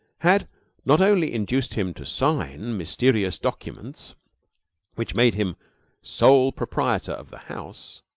had not only induced him to sign mysterious documents which made him sole proprietor of the house,